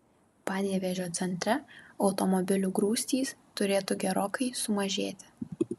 panevėžio centre automobilių grūstys turėtų gerokai sumažėti